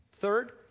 third